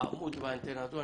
העמוד והאנטנה הזו.